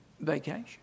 vacation